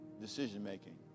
decision-making